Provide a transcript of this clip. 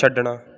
ਛੱਡਣਾ